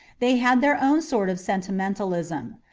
they had their own sort of sentimentalism.